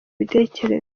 mbitekereza